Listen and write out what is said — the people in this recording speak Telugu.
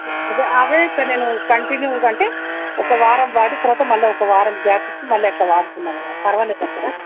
అవి ఇక నేను కంటిన్యూగా అంటే ఒక వారం వాడి తర్వాత మళ్ల ఒక వారం గ్యాప్ ఇచ్చి మళ్ళీ అట్లా వాడుతున్నాను పర్వాలేదంటరా